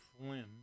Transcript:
Flynn